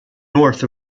north